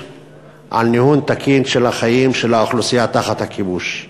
לניהול התקין של החיים של האוכלוסייה שתחת הכיבוש.